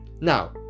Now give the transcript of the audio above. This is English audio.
Now